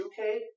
2k